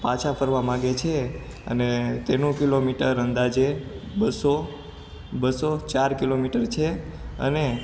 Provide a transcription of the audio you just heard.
પાછા ફરવા માંગે છે અને તેનું કિલોમીટર અંદાજે બસો બસો ચાર કિલોમીટર છે અને